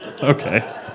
Okay